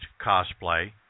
cosplay